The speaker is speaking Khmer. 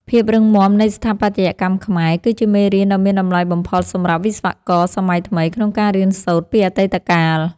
ភាពរឹងមាំនៃស្ថាបត្យកម្មខ្មែរគឺជាមេរៀនដ៏មានតម្លៃបំផុតសម្រាប់វិស្វករសម័យថ្មីក្នុងការរៀនសូត្រពីអតីតកាល។